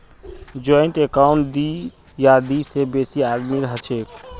joint account दी या दी से बेसी आदमीर हछेक